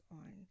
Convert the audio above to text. on